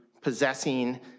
possessing